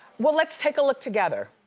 well, let's take a look together.